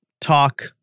talk